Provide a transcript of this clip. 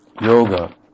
yoga